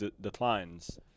declines